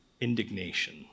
indignation